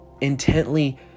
intently